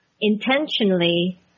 intentionally